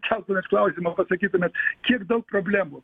keltumėt klausimą pasakytumėt kiek daug problemų